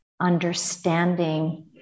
understanding